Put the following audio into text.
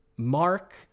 Mark